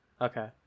Okay